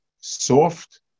soft